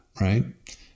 right